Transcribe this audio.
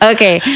Okay